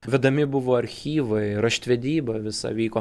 vedami buvo archyvai raštvedyba visa vyko